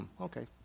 okay